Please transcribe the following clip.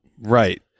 Right